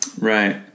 right